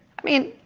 i mean,